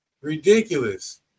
ridiculous